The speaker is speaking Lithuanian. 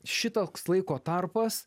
šitoks laiko tarpas